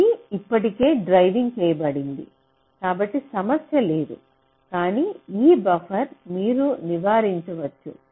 ఇది ఇప్పటికే డ్రైవింగ్ చేయబడింది కాబట్టి సమస్య లేదు కానీ ఈ బఫర్ మీరు నివారించవచ్చు